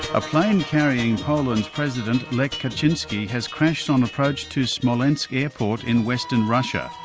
a plane carrying poland's president, lech kaczynski, has crashed on approach to smolensk airport in western russia.